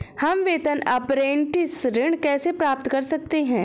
हम वेतन अपरेंटिस ऋण कैसे प्राप्त कर सकते हैं?